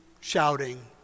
shouting